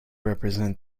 represent